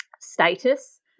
status